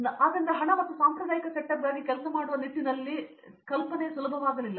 ಆಶಾ ಕ್ರಂತಿ ಆದ್ದರಿಂದ ಹಣ ಮತ್ತು ಸಾಂಪ್ರದಾಯಿಕ ಸೆಟಪ್ಗಾಗಿ ಕೆಲಸ ಮಾಡುವ ನಿಟ್ಟಿನಲ್ಲಿ ಕಲ್ಪನೆಯು ಸುಲಭವಾಗಲಿಲ್ಲ